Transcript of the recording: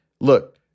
look